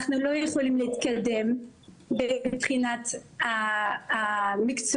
אנחנו לא יכולים להתקדם בבחינת המקצוע,